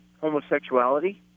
homosexuality